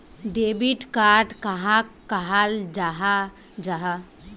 Debit card कहाक कहाल जाहा जाहा?